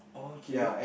oh okay